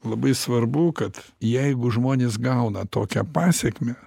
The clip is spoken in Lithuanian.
labai svarbu kad jeigu žmonės gauna tokią pasekmę